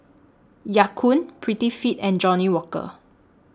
Ya Kun Prettyfit and Johnnie Walker